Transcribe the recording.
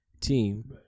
team